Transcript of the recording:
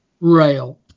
rail